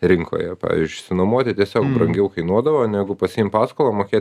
rinkoje pavyzdžiui išsinuomoti tiesiog brangiau kainuodavo negu pasiimt paskolą mokėt